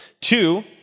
Two